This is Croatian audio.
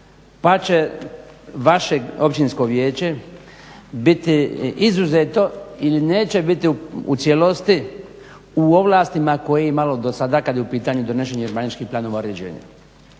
pa će vaše općinsko vijeće biti izuzeto ili neće biti u cijelosti u ovlastima koje je imalo do sada kada je u pitanju donošenje urbaničkih planova uređenja,